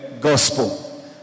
gospel